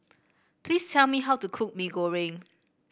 please tell me how to cook Mee Goreng